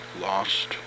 lost